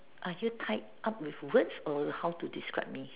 are you tied up with words or how to describe me